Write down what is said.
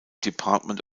department